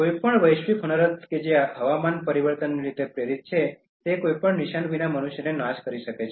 કોઈપણ વૈશ્વિક હોનારત કે જે હવામાન પરિવર્તનને લીધે પ્રેરિત છે તે કોઈ પણ નિશાન વિના મનુષ્યને નાશ કરી શકે છે